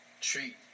treat